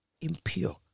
impure